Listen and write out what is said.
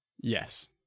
Yes